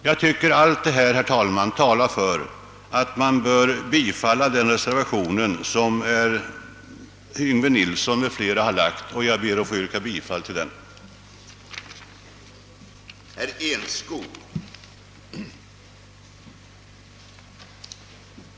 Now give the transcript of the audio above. Jag tycker att allt detta, herr talman, talar för att man bör yrka bifall till den reservation som herr Yngve Nilsson m.fl. har framlagt, och jag ber att få yrka bifall till reservationen.